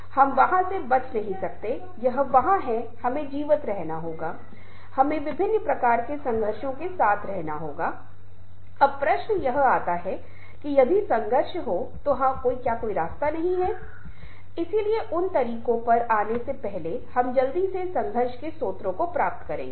और जैसा कि मैंने आपको भावनात्मक बुद्धि समानुभूति बताई है जिसे हम थोड़े समय बाद देख पाएंगे और ये सभी बदलाव प्रबंधन के संदर्भ में मदद करेंगे